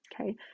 okay